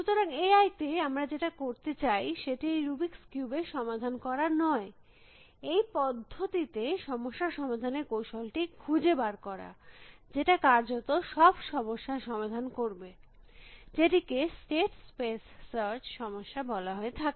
সুতরাং A I তে আমরা যেটা করতে চাই সেটি এই রুবিক্স এর সমাধান করা নয় এই পদ্ধতিতে সমস্যা সমাধানের কৌশলটি খুঁজে বার করা যেটা কার্যত সব সমস্যার সমাধান করবে যেটিকে স্টেট স্পেস সার্চ সমস্যা বলা হয়ে থাকে